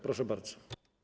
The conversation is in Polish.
Proszę bardzo.